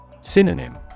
Synonym